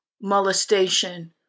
molestation